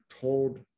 told